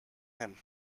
him